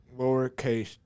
lowercase